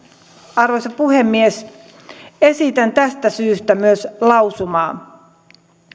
arvoisa puhemies esitän tästä syystä myös lausumaa